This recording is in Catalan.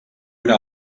una